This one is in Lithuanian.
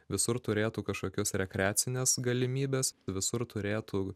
visur turėtų kažkokias rekreacines galimybes visur turėtų